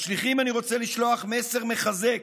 לשליחים אני רוצה לשלוח מסר מחזק: